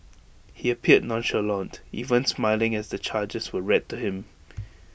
he appeared nonchalant even smiling as the charges were read to him